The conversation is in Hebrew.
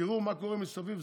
תראו מה קורה מסביב,